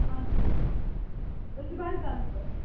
اہن حظ أسۍ چھِ بَڈگامہِ پٮ۪ٹھ